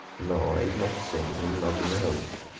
no, i've not seen him, not in the house